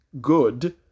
good